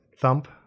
Thump